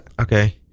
okay